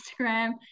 Instagram